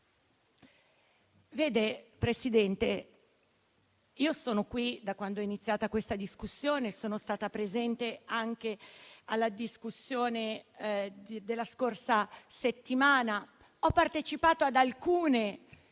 Signor Presidente, io sono qui da quando è iniziata questa discussione generale e sono stata presente anche alla discussione della scorsa settimana. Ho partecipato ad alcune